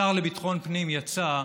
השר לביטחון פנים יצא,